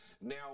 Now